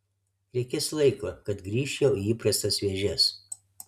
reikės laiko kad grįžčiau į įprastas vėžes